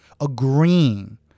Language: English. agreeing